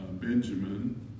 Benjamin